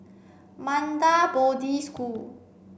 Bodhi School